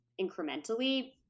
incrementally